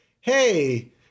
Hey